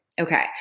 Okay